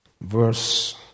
verse